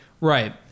Right